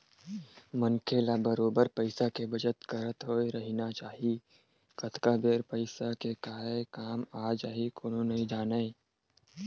मनखे ल बरोबर पइसा के बचत करत होय रहिना चाही कतका बेर पइसा के काय काम आ जाही कोनो नइ जानय